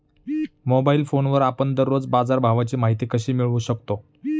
Mobile फोनवर आपण दररोज बाजारभावाची माहिती कशी मिळवू शकतो?